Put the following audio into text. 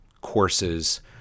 courses